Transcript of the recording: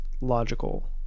logical